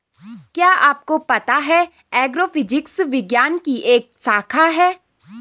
क्या आपको पता है एग्रोफिजिक्स विज्ञान की एक शाखा है?